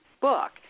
book